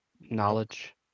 Knowledge